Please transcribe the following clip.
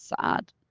sad